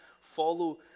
follow